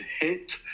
hit